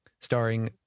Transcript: starring